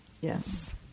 Yes